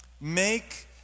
Make